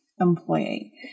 employee